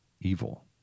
evil